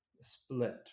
split